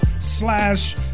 slash